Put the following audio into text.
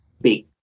big